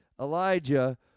Elijah